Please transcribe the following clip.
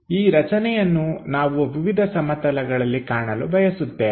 ಈ ರಚನೆಯನ್ನು ನಾವು ವಿವಿಧ ಸಮತಲಗಳಲ್ಲಿ ಕಾಣಲು ಬಯಸುತ್ತೇವೆ